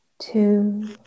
two